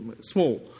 small